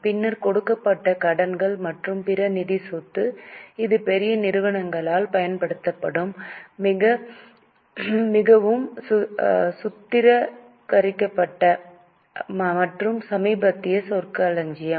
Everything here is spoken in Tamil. பின்னர் கொடுக்கப்பட்ட கடன்கள் மற்றும் பிற நிதி சொத்து இது பெரிய நிறுவனங்களால் பயன்படுத்தப்படும் மிகவும் சுத்திகரிக்கப்பட்ட மற்றும் சமீபத்திய சொற்களஞ்சியம்